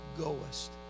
goest